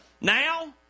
Now